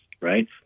right